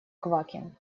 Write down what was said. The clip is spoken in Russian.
квакин